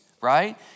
right